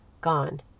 gone